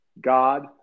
God